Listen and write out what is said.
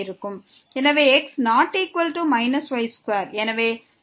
எனவே x≠ y2